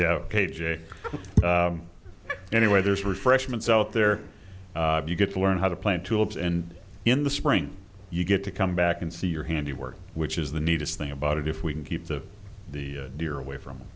jay anyway there's refreshments out there you get to learn how to plant tulips and in the spring you get to come back and see your handiwork which is the neatest thing about it if we can keep the the deer away from